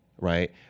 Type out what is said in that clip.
right